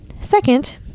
Second